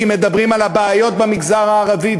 כי מדברים על הבעיות במגזר הערבי,